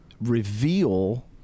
reveal